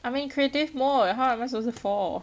I in creative mode how am I supposed to fall